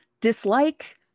dislike